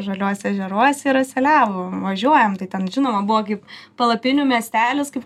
žaliuose ežeruose yra seliavų važiuojam tai ten žinoma buvo gi palapinių miestelis kaip